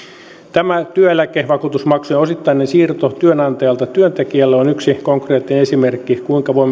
tämä työeläkevakuutusmaksujen osittainen siirto työnantajalta työntekijälle on yksi konkreettinen esimerkki